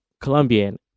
Colombian